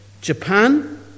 Japan